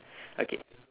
okay